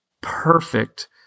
perfect